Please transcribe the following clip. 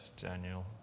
Daniel